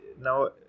Now